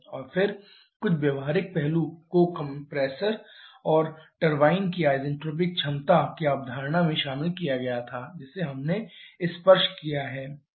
और फिर कुछ व्यावहारिक पहलू को कंप्रेसर और टरबाइन की आइसेंट्रोपिक क्षमता की अवधारणा में शामिल किया गया था जिसे हमने स्पर्श किया है